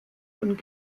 und